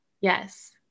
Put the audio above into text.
Yes